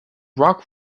rock